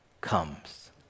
comes